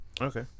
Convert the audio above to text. Okay